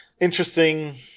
interesting